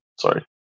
Sorry